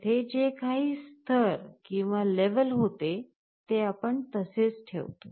तेथे जे काही स्तर होते ते आपण तसेच ठेवतो